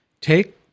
take